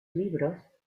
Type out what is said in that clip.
libros